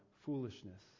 foolishness